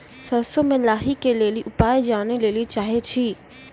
सरसों मे लाही के ली उपाय जाने लैली चाहे छी?